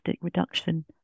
reduction